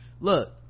look